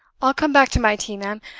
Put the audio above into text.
i'll come back to my tea, ma'am.